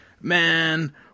man